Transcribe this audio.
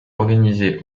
organisé